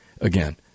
again